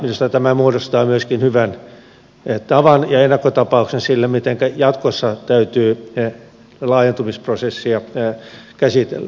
minusta tämä muodostaa myöskin hyvän tavan ja ennakkotapauksen sille mitenkä jatkossa täytyy laajentumisprosessia käsitellä